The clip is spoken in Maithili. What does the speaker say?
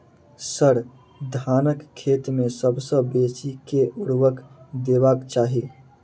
सर, धानक खेत मे सबसँ बेसी केँ ऊर्वरक देबाक चाहि